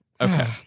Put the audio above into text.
Okay